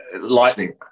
lightning